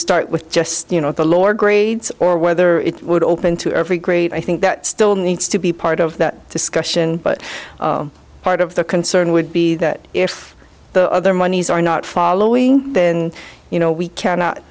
start with just you know the lord grades or whether it would open to every grade i think that still needs to be part of that discussion but part of the concern would be that if the other monies are not following then you know we cannot